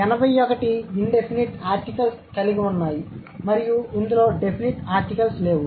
81 indefinite articles కలిగి ఉన్నాయి మరియు డెఫినిట్ ఆర్టికల్స్ లేవు